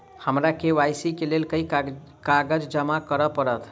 हमरा के.वाई.सी केँ लेल केँ कागज जमा करऽ पड़त?